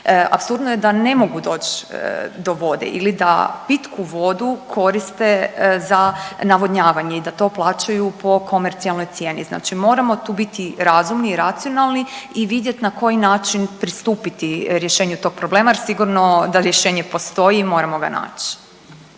apsurdno je da ne mogu doć do vode ili da pitku vodu koriste za navodnjavanje i da to plaćaju po komercijalnoj cijeni. Znači moramo tu biti razumni i racionalni i vidjet na koji način pristupiti rješenju tog problema jer sigurno da rješenje postoji i moramo ga nać.